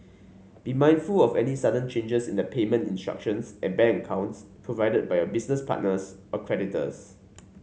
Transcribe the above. be mindful of any sudden changes in the payment instructions and bank accounts provided by your business partners or creditors